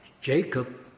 Jacob